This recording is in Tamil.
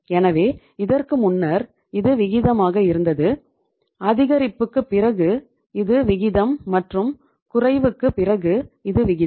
எனவே இதற்கு முன்னர் இது விகிதமாக இருந்தது அதிகரிப்புக்குப் பிறகு இது விகிதம் மற்றும் குறைவுக்குப் பிறகு இது விகிதம்